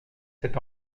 c’est